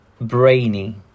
brainy